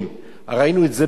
ראינו את זה בקדימה: